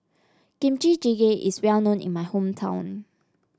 Kimchi Jjigae is well known in my hometown